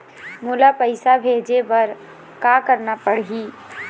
मोला पैसा भेजे बर का करना पड़ही?